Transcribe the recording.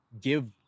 give